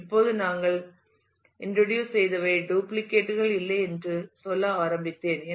இப்போது நாங்கள் இன்றோடியுஸ் செய்தவை டூப்ளிகேட் duplicateகள் இல்லை என்று சொல்ல ஆரம்பித்தேன்